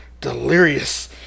delirious